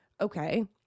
okay